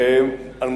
שלומך?